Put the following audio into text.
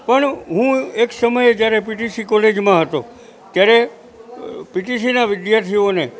પણ હું એક સમયે જ્યારે પીટીસી કોલેજમાં હતો ત્યારે પીટીસીના વિદ્યાર્થીઓને